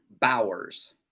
Bowers